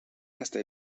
hasta